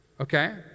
Okay